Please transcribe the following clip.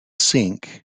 sink